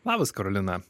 labas karolina